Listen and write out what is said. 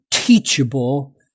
Teachable